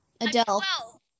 Adele